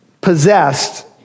possessed